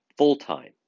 Full-time